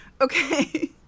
Okay